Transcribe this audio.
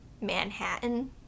Manhattan